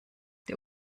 der